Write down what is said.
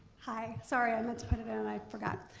hi, sorry, i meant to put it in and i forgot.